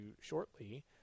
shortly